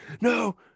no